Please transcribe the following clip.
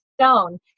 stone